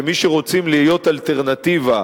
כמי שרוצים להיות אלטרנטיבה,